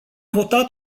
votat